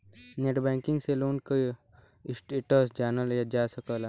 net banking से loan क status जानल जा सकला